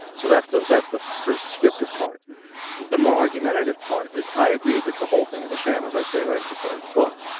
so that's that's the sort of descriptive part the more argumentative part is i agree that the whole thing is a sham as i say right at the start of the book.